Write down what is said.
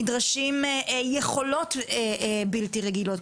נדרשות יכולת בלתי-רגילות.